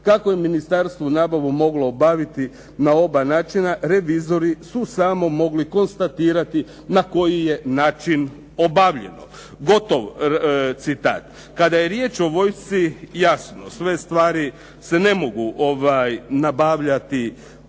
Tako je ministarstvo nabavu moglo obaviti na oba načina, revizori su samo mogli konstatirati na koji je način obavljeno." Gotov citat. Kada je riječ o vojsci, jasno, sve stvari se ne mogu nabavljati putem